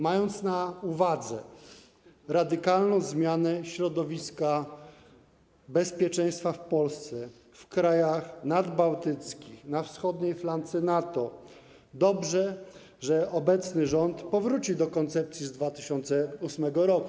Mając na uwadze radykalną zmianę środowiska bezpieczeństwa w Polsce, w krajach nadbałtyckich, na wschodniej flance NATO, dobrze, że obecny rząd powrócił do koncepcji z 2008 r.